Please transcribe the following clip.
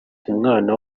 k’umwana